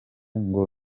ngo